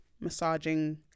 massaging